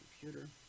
computer